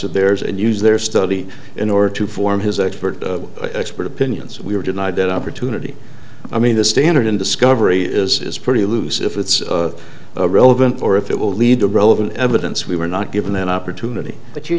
theirs and use their study in order to form his expert expert opinion so we were denied that opportunity i mean the standard in discovery is pretty loose if it's relevant or if it will lead to relevant evidence we were not given an opportunity but